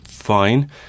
fine